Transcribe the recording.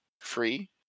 free